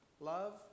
Love